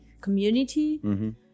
community